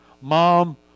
Mom